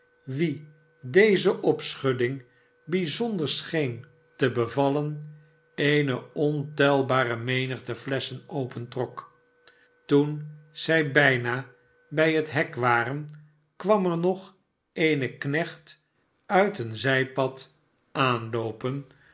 wien deze opschudding bijzonder scheen tebevallen eene ontelbare menigte flesschen opentrok toen zij bijna bij het hek waren kwam er nog een knecht uit een zijpad aanloopen